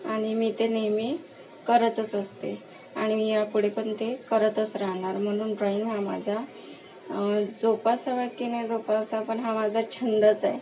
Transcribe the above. आणि मी ते नेहमी करतच असते आणि मी यापुढे पण ते करतच राहणार म्हणून ड्रॉइंग हा माझा जोपासावा की नाही जोपासा पण हा माझा छंदच आहे